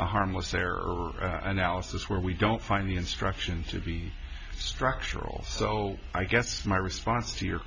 a harmless error analysis where we don't find the instructions to be structural so i guess my response to your